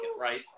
right